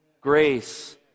Grace